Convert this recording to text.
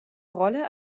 rolle